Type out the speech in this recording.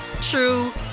true